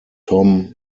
tom